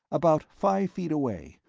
about five feet away,